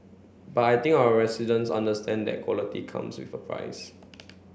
but I think our residents understand that quality comes with a price